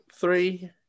Three